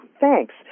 Thanks